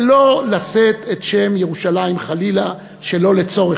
ולא לשאת את שם ירושלים חלילה שלא לצורך,